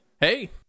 hey